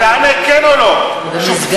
אני שואל